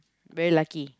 very lucky